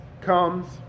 comes